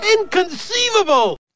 Inconceivable